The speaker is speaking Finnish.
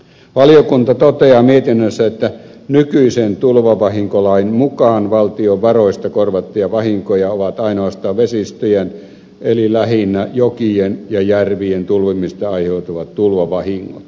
valiokunta toteaa mietinnössään että nykyisen tulvavahinkolain mukaan valtion varoista korvattuja vahinkoja ovat ainoastaan vesistöjen eli lähinnä jokien ja järvien tulvimisesta aiheutuvat tulvavahingot